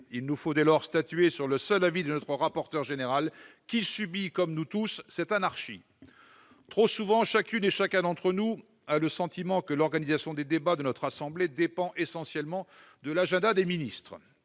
Il nous faut dès lors statuer sur le fondement du seul avis du rapporteur général, qui subit, comme nous tous, cette anarchie ! Trop souvent, chacune et chacun d'entre nous a le sentiment que l'organisation des débats de notre assemblée dépend essentiellement de l'agenda des ministres.